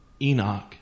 Enoch